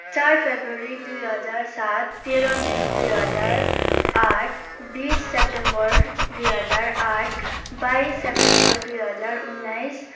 चार फेब्रुअरी दुई हजार सात तेह्र मई दुई हजार आठ बिस सेप्टेम्बर दुई हजार आठ बाइस सेप्टेम्बर दुई हजार उन्नाइस